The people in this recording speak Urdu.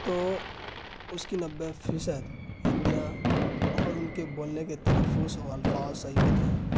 تو اس کی نوے فیصد ہندیاں اور ان کے بولنے کے تلفظ و الفاظ صحیح ہوتے ہیں